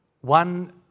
one